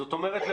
זאת אומרת,